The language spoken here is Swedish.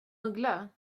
uggla